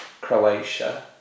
Croatia